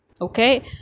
Okay